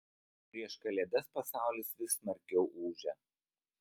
prieš kalėdas pasaulis vis smarkiau ūžia